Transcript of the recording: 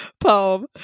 poem